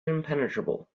impenetrable